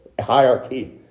hierarchy